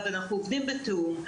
אנחנו עובדים בתיאום.